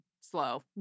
slow